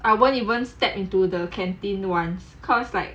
I won't even step into the canteen once cause like